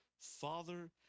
Father